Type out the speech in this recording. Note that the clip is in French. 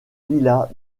villas